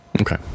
Okay